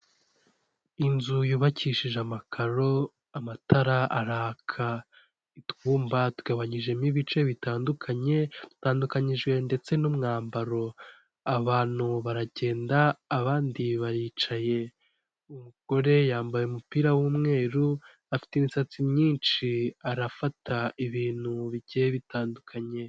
Inzu yubakishije amakaro, amatara araka, utwumba tugabanyijemo ibice bitandukanye, bitandukanyijwe ndetse n'umwambaro, abantu baragenda abandi baricaye, umugore yambaye umupira w'umweru afite imisatsi myinshi arafata ibintu bigiye bitandukanye.